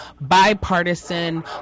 bipartisan